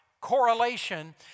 correlation